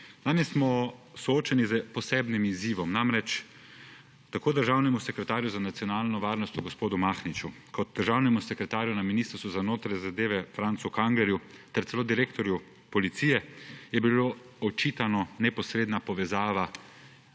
Danes smo soočeni s posebnim izzivom. Tako državnemu sekretarju za nacionalno varnost gospodu Mahniču kot državnemu sekretarju na Ministrstvu za notranje zadeve Francu Kanglerju ter celo direktorju policije je bilo očitana neposredna povezava